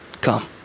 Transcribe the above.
Come